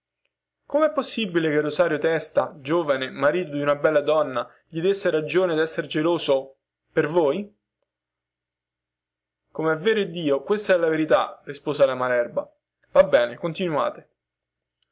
comè possibile che rosario testa giovane marito di una bella donna gli desse ragione dessere geloso per voi comè vero dio questa è la verità rispose la malerba va bene continuate